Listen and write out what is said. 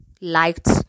liked